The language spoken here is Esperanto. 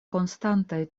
konstantaj